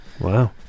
Wow